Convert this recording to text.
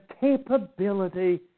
capability